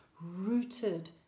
rooted